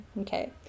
okay